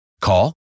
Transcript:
Call